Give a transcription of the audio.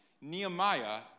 Nehemiah